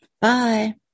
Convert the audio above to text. Bye